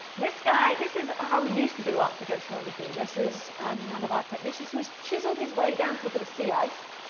this guy this is how we used to do arctic oceanography. this is one of our technicians who has chiseled his way down through a bit of sea ice.